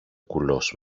κουλός